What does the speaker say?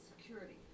security